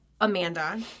Amanda